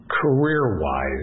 career-wise